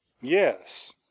Yes